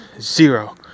zero